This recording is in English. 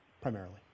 primarily